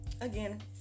again